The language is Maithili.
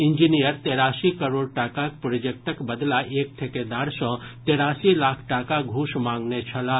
इंजीनियर तेरासी करोड़ टाकाक प्रोजेक्टक बदला एक ठेकेदार सँ तेरासी लाख टाका घूस मांगने छलाह